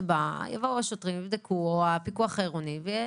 השוטרים או הפיקוח העירוני יבואו והיא